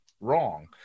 wrong